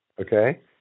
Okay